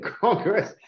Congress